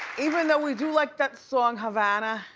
even though we do like that song, havana.